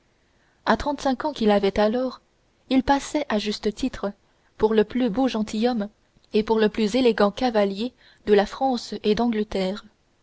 à trente-cinq ans qu'il avait alors il passait à juste titre pour le plus beau gentilhomme et pour le plus élégant cavalier de france et d'angleterre